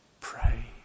pray